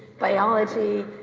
biology,